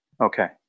Okay